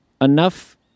enough